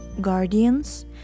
guardians